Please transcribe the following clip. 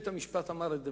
בית-המשפט אמר את דברו,